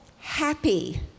happy